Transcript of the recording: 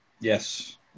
Yes